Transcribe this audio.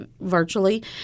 virtually